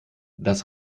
das